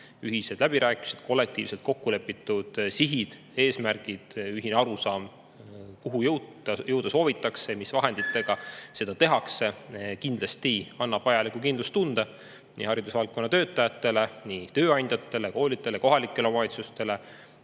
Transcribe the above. Ühised läbirääkimised, kollektiivselt kokkulepitud sihid, eesmärgid, ühine arusaam, kuhu jõuda soovitakse ja mis vahenditega seda tehakse – see kõik annab kindlasti vajaliku kindlustunde haridusvaldkonna töötajatele, tööandjatele, koolidele, kohalikele omavalitsustele,